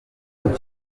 muntu